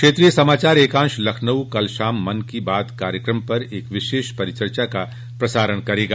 क्षेत्रीय समाचार एकांश लखनऊ कल शाम मन की बात कार्यक्रम पर एक विशेष परिचर्चा का प्रसारण करेगा